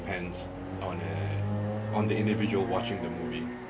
depends on uh on the individual watching the movie